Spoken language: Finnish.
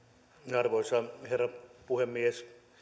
arvoisa herra puhemies